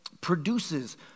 produces